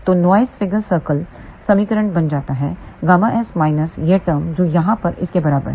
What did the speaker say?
तोनॉइस figure circle समीकरण बन जाता है ΓS माइनस यह टर्र्म जो यहाँ इस के बराबर है